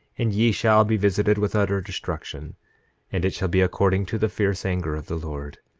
and ye shall be visited with utter destruction and it shall be according to the fierce anger of the lord.